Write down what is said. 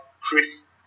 Chris